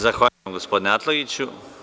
Zahvaljujem, gospodine Atlagiću.